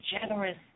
generous